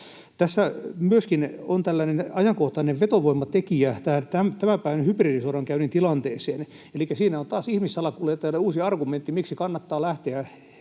Tässä on myöskin tällainen ajankohtainen vetovoimatekijä tämän päivän hybridisodankäynnin tilanteeseen. Elikkä siinä on taas ihmissalakuljettajille uusi argumentti, miksi kannattaa lähteä